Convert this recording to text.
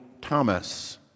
Thomas